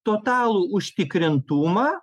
totalų užtikrintumą